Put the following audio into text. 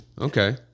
Okay